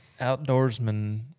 outdoorsman